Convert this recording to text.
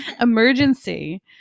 Emergency